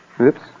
Oops